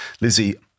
Lizzie